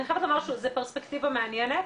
אני חייבת לומר שזה פרספקטיבה מעניינת,